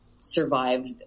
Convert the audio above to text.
survived